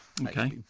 okay